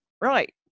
right